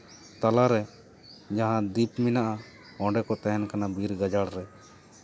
ᱛᱟᱞᱟᱨᱮ ᱡᱟᱦᱟᱸ ᱫᱤᱯ ᱢᱮᱱᱟᱜᱼᱟ ᱚᱸᱰᱮ ᱠᱚ ᱛᱟᱦᱮᱱᱟ ᱠᱟᱱᱟ ᱵᱤᱨ ᱜᱟᱡᱟᱲ ᱨᱮ